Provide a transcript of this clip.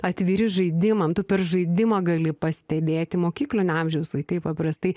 atviri žaidimam tu per žaidimą gali pastebėti mokyklinio amžiaus vaikai paprastai